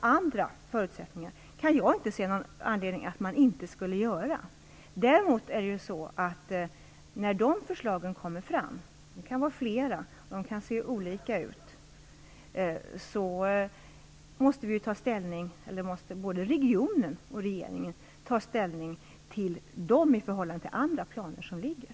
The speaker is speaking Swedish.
Jag kan inte se någon anledning till att man inte skulle planera utifrån andra förutsättningar. När förslagen väl kommer - det kan komma att finnas flera förslag och de kan vara olika - måste däremot både regionen och regeringen ta ställning till förslagen i förhållande till andra föreliggande planer.